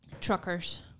Truckers